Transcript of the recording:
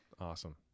Awesome